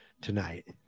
tonight